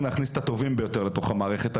להכניס את המורים הטובים ביותר אל תוך המערכת.